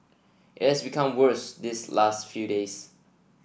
it has become worse these last few days